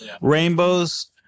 Rainbows